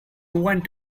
want